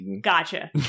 gotcha